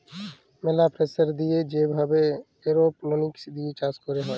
ম্যালা প্রেসার দিয়ে যে ভাবে এরওপনিক্স দিয়ে চাষ ক্যরা হ্যয়